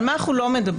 על מה אנחנו לא מדברים?